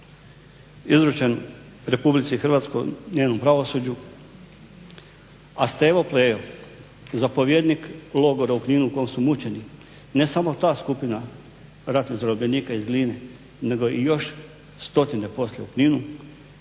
izručen Republici Hrvatskoj, njenom pravosuđu, a Stevo Plejo, zapovjednik logora u Kninu u kom su mučeni, ne samo ta skupina ratnih zarobljenika iz Gline nego i još stotine poslije u Kninu.